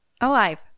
Alive